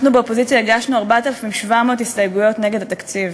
אנחנו באופוזיציה הגשנו 4,700 הסתייגויות נגד התקציב